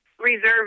reserved